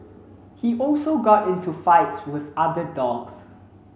he also got into fights with other dogs